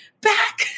back